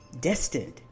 destined